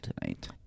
tonight